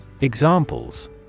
Examples